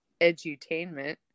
edutainment